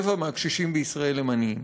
רבע מהקשישים בישראל הם עניים.